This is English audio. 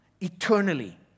eternally